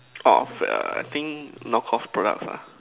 off err I think knock off products ah